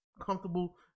comfortable